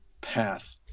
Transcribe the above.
path